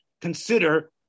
consider